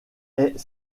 est